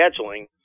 scheduling